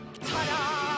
Ta-da